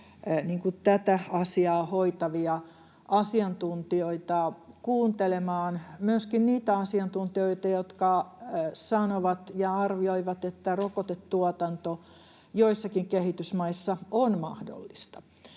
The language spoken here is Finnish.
tätä asiaa hoitavia asiantuntijoita kuuntelemaan myöskin niitä asiantuntijoita, jotka sanovat ja arvioivat, että rokotetuotanto joissakin kehitysmaissa on mahdollista.